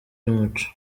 n’umuco